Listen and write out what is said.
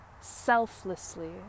selflessly